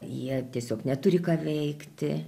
jie tiesiog neturi ką veikti